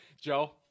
Joe